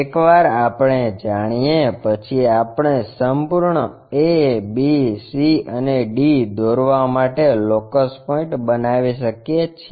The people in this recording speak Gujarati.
એકવાર આપણે જાણીએ પછી આપણે સંપૂર્ણ a b c અને d દોરવા માટે લોકસ પોઇન્ટ બનાવી શકીએ છીએ